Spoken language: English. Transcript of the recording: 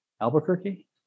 Albuquerque